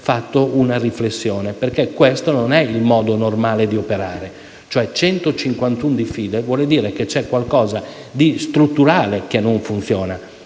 fatta una riflessione, perché questo non è il modo normale di operare: 151 diffide vuol dire che c'è qualcosa di strutturale che non funziona,